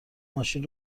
ماشین